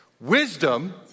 Wisdom